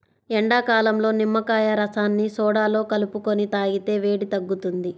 ఎండాకాలంలో నిమ్మకాయ రసాన్ని సోడాలో కలుపుకొని తాగితే వేడి తగ్గుతుంది